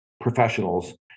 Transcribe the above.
professionals